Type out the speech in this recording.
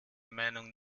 meinung